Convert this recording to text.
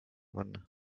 panna